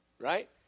Right